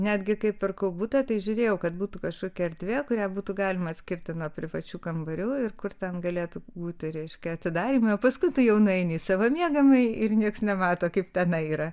netgi kai pirkau butą tik žiūrėjau kad būtų kažkokia erdvė kurią būtų galima atskirti nuo privačių kambarių ir kur ten galėtų būti reiškia atidarymai o paskui tu jau nueini savo miegamąjį ir nieks nemato kaip tenai yra